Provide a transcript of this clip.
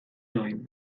gain